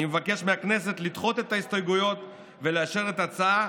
אני מבקש מהכנסת לדחות את ההסתייגויות ולאשר את ההצעה